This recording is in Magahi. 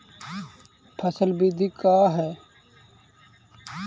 फसल वृद्धि का है?